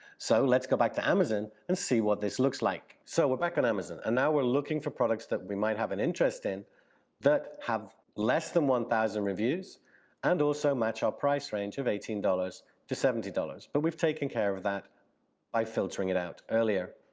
so let's go back to amazon and see what this looks like. like. so we're back on amazon, and now we're looking for products that we might have an interest in that have less than one thousand reviews and also match our price range of eighteen dollars to seventy dollars, but we've taken care of that by filtering it out earlier.